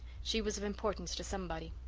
she was of importance to somebody.